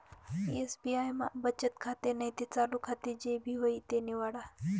SBI मा बचत खातं नैते चालू खातं जे भी व्हयी ते निवाडा